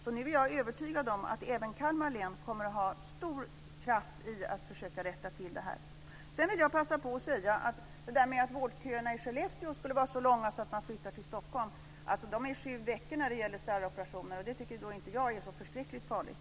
Jag är därför övertygad om att även Kalmar län nu kommer att ha stor kraft när det gäller att försöka rätta till detta. Sedan vill jag beträffande att vårdköerna i Skellefteå skulle vara så långa att man flyttar till Stockholm passa på att säga att vårdköerna till starroperationer är sju veckor, och det tycker jag inte är så förskräckligt farligt.